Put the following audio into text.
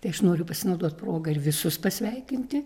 tai aš noriu pasinaudot proga ir visus pasveikinti